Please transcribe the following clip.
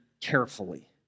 carefully